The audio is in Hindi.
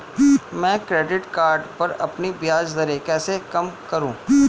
मैं क्रेडिट कार्ड पर अपनी ब्याज दरें कैसे कम करूँ?